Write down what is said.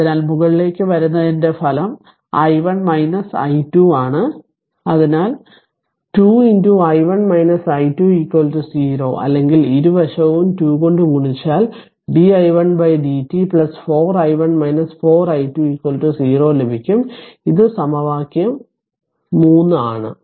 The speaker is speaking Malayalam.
അതിനാൽ മുകളിലേക്ക് വരുന്നതിന്റെ ഫലം i1 i2 ആണ് അതിനാൽ 2 i1 i2 0 അല്ലെങ്കിൽ ഇരുവശവും 2 കൊണ്ട് ഗുണിച്ചാൽ di1 dt 4 i1 4 i2 0 ലഭിക്കും ഇത് നൽകിയ സമവാക്യം 3 ആണ്